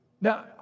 Now